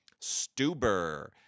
Stuber